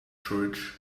church